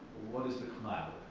what is the cloud?